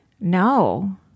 No